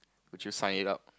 would you sign it up